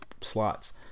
slots